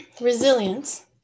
resilience